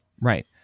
Right